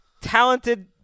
talented